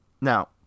Now